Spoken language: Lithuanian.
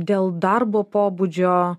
dėl darbo pobūdžio